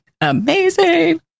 amazing